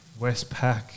Westpac